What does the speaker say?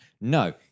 No